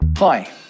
Hi